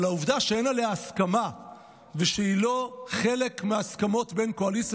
אבל העובדה שאין עליה הסכמה ושהיא לא חלק מההסכמות שבין הקואליציה